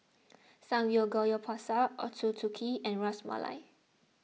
Samgeyopsal Ochazuke and Ras Malai